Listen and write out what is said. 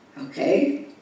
Okay